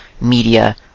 media